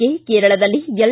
K ಕೇರಳದಲ್ಲಿ L